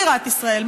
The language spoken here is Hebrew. בירת ישראל,